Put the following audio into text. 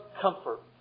comfort